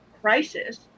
crisis